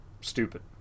stupid